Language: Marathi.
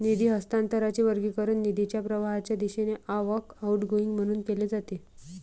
निधी हस्तांतरणाचे वर्गीकरण निधीच्या प्रवाहाच्या दिशेने आवक, आउटगोइंग म्हणून केले जाते